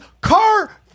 car